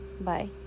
Bye